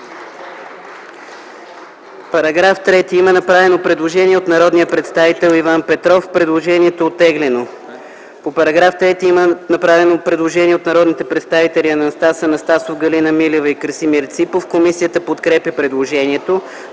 По § 3 има направено предложение от народния представител Иван Петров. Предложението е оттеглено. По § 3 има направено предложение от народните представители Анастас Анастасов, Галина Милева и Красимир Ципов. Комисията подкрепя предложението.